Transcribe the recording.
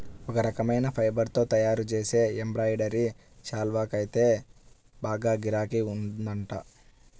ఒక రకమైన ఫైబర్ తో తయ్యారుజేసే ఎంబ్రాయిడరీ శాల్వాకైతే బాగా గిరాకీ ఉందంట